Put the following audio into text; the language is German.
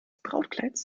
brautkleids